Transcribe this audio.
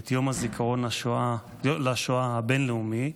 את יום הזיכרון לשואה הבין-לאומי,